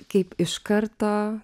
kaip iš karto